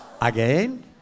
Again